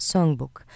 Songbook